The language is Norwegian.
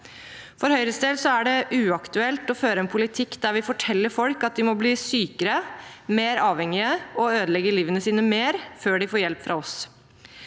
For Høyres del er det uaktuelt å føre en politikk der vi forteller folk at de må bli sykere, mer avhengige og ødelegge livet sitt mer før de får hjelp fra oss.